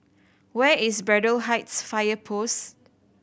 where is Braddell Heights Fire Post